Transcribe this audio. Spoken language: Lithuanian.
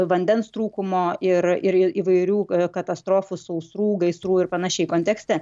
vandens trūkumo ir ir įvairių katastrofų sausrų gaisrų ir panašiai kontekste